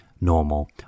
normal